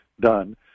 done